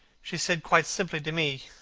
she said quite simply to me,